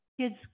kids